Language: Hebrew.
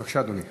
בבקשה, אדוני.